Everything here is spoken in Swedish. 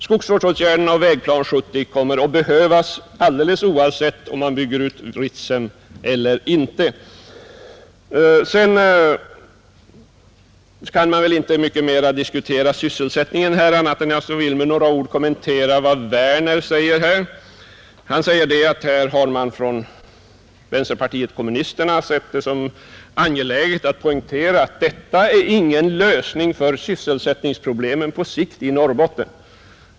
Skogsvårdsåtgärderna och Vägplan 70 kommer att behövas alldeles oavsett om man bygger ut Ritsem eller inte. Jag skall inte mycket mer diskutera sysselsättningen, men jag vill ändå med några ord kommentera vad herr Werner i Tyresö säger. Vänsterpartiet kommunisterna har sett det som angeläget att poängtera, säger han, att Ritsemprojektet är ingen lösning av sysselsättningsproblemen på sikt i Norrbotten.